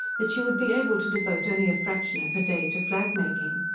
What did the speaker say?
that she would be able to devote only a fraction of her day to flagmaking.